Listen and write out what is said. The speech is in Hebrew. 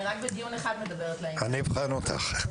בבקשה.